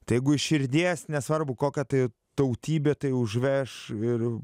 tai jeigu iš širdies nesvarbu kokia tai tautybė tai užveš ir